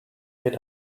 wird